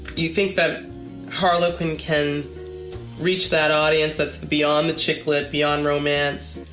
you think that harlequin can reach that audience that's beyond the chick lit, beyond romance,